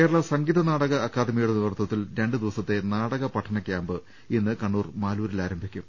കേരള് സംഗീത നാടക അക്കാഡമിയുടെ നേതൃത്വത്തിൽ രണ്ട് ദിവസത്തെ നാടക പഠന കൃാമ്പ് ഇന്ന് കണ്ണൂർ മാലൂരിൽ ആരംഭിക്കും